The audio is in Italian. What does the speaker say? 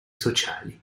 sociali